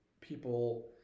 people